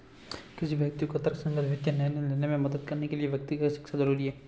किसी व्यक्ति को तर्कसंगत वित्तीय निर्णय लेने में मदद करने के लिए व्यक्तिगत वित्त शिक्षा जरुरी है